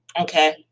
Okay